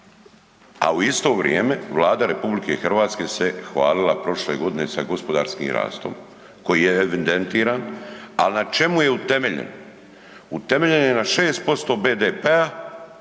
a u isto vrijeme Vlada RH se hvalila sa gospodarskim rastom koji je evidentiran al na čemu je utemeljen, utemeljen je na 6% BDP